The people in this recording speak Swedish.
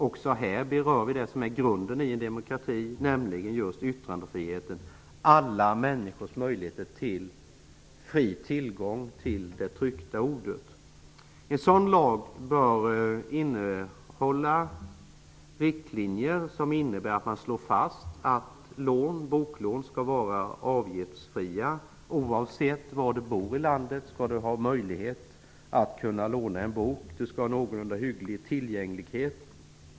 Också här berör vi det som är grunden i en demokrati, nämligen just yttrandefriheten, alla människors möjlighet till fri tillgång till det tryckta ordet. En sådan lag bör innehålla riktlinjer, som innebär att det slås fast att boklån skall vara avgiftsfria. Oavsett var man bor i landet skall man ha möjlighet att låna en bok. Det skall vara någorlunda hygglig tillgänglighet.